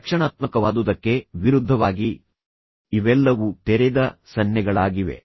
ರಕ್ಷಣಾತ್ಮಕವಾದುದಕ್ಕೆ ವಿರುದ್ಧವಾಗಿ ಇವೆಲ್ಲವೂ ತೆರೆದ ಸನ್ನೆಗಳಾಗಿವೆ